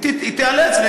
היא תיאלץ,